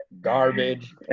Garbage